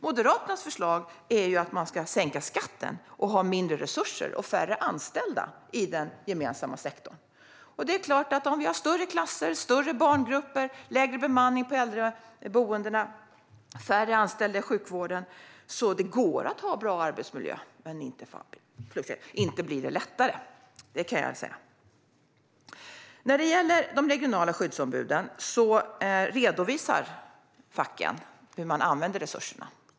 Moderaternas förslag är sänkt skatt, mindre resurser och färre anställda i den gemensamma sektorn. Det är klart att om vi har större klasser, större barngrupper, lägre bemanning på äldreboenden och färre anställda i sjukvården går det att ha bra arbetsmiljö - men inte blir det lättare. När det gäller de regionala skyddsombuden redovisar facken hur de använder resurserna.